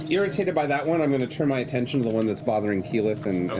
irritated by that one, i'm going to turn my attention to the one that's bothering keyleth and